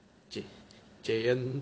Ja~ Jayen